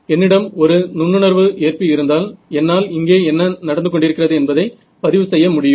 என்னிடம் ஒரு நுண்ணுணர்வு ஏற்பி இருந்தால் என்னால் இங்கே என்ன நடந்து கொண்டிருக்கிறது என்பதை பதிவு செய்ய முடியும்